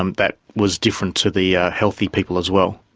um that was different to the healthy people as well.